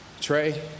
Trey